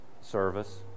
service